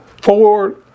four